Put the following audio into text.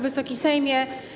Wysoki Sejmie!